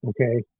okay